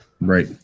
Right